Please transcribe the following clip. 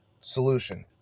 solution